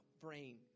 brain